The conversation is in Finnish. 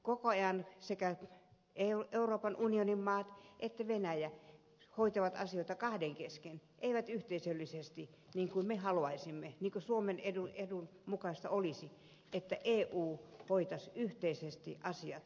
koko ajan sekä euroopan unionin maat että venäjä hoitavat asioita kahden kesken eivät yhteisöllisesti niin kuin me haluaisimme niin kuin suomen edun mukaista olisi että eu hoitaisi yhteisesti asiat venäjän kanssa